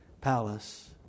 palace